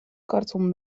karton